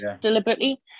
deliberately